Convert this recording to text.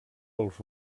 als